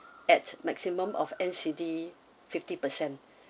at maximum of N_C_D fifty percent